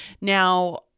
Now